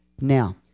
Now